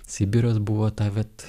sibiras buvo ta vat